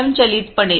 स्वयंचलितपणे